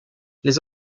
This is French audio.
les